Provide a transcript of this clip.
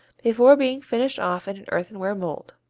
before being finished off in an earthenware mold.